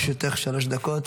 בבקשה, לרשותך שלוש דקות.